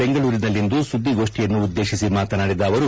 ಬೆಂಗಳೂಲಿನಲ್ಲಂದು ಸುದ್ದಿಗೋಷ್ಠಿಯನ್ನು ಉದ್ದೇಶಿಸಿ ಮಾತನಾಡಿದ ಅವರು